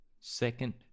Second